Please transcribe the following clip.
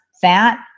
fat